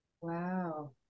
Wow